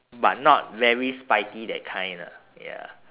but not very spiky that kind ah ya